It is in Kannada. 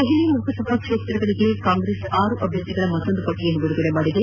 ದೆಹಲಿಯ ಲೋಕಸಭಾ ಕ್ಷೇತ್ರಗಳಿಗೆ ಕಾಂಗ್ರೆಸ್ ಆರು ಅಭ್ಯರ್ಥಿಗಳ ಮತ್ತೊಂದು ಪಟ್ಟಿಯನ್ನು ಬಿಡುಗಡೆ ಮಾಡಿದೆ